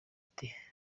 ati